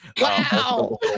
wow